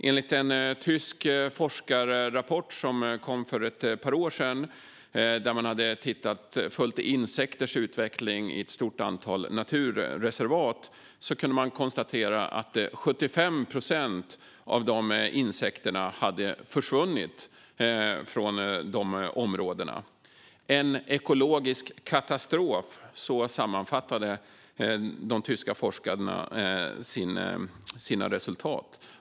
Enligt en tysk forskarrapport som kom för ett par år sedan, där man hade följt insekters utveckling i ett stort antal naturreservat, kunde man konstatera att 75 procent av insekterna hade försvunnit från områdena. En ekologisk katastrof, sammanfattade de tyska forskarna sina resultat.